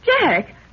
Jack